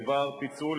בדבר פיצול,